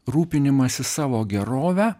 rūpinimasis savo gerove